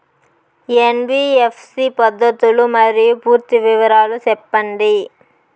NBFC పద్ధతులు మరియు పూర్తి వివరాలు సెప్పండి?